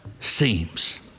seems